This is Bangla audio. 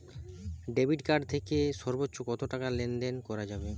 ডেবিট কার্ড থেকে সর্বোচ্চ কত টাকা লেনদেন করা যাবে?